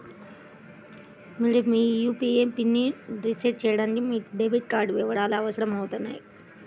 మీరు మీ యూ.పీ.ఐ పిన్ని రీసెట్ చేయడానికి మీకు డెబిట్ కార్డ్ వివరాలు అవసరమవుతాయి